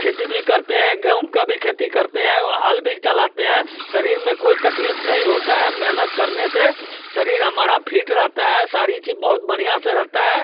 खेती भी करते हैं गेहूँ का भी खेती करते हैं और हल भी चलाते हैं शरीर में कोई तकलीफ़ नहीं होता है मेहनत करने से शरीर हमारा फिट रहता है सारी चीज़ बहुत बढ़िया से रहता है